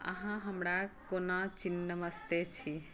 अहाँ हमरा कोना चिन्नमस्ते छी